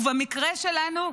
ובמקרה שלנו,